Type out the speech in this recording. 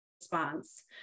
response